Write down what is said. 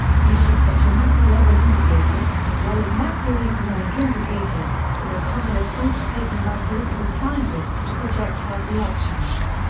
use of such a macrolevel indicator, as well as macroeconomic indicators, is a common approach taken by political scientists to project house elections.